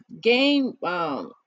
game